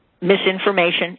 Misinformation